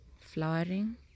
flowering